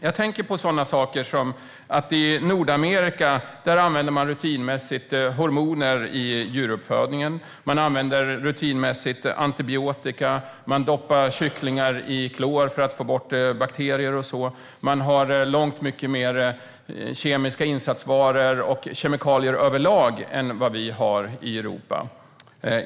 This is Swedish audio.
Jag tänker på sådana saker som att man i Nordamerika rutinmässigt använder hormoner och antibiotika i djuruppfödningen, att man doppar kycklingar i klor för att få bort bakterier och att man har långt mycket mer kemiska insatsvaror och kemikalier överlag än vad vi har i Europa.